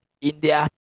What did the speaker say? India